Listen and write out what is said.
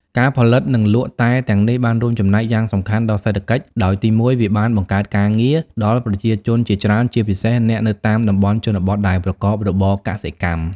ការផលិតនិងលក់តែទាំងនេះបានរួមចំណែកយ៉ាងសំខាន់ដល់សេដ្ឋកិច្ច ដោយទី១ វាបានបង្កើតការងារ ដល់ប្រជាជនជាច្រើន ជាពិសេសអ្នកនៅតាមតំបន់ជនបទដែលប្រកបរបរកសិកម្ម។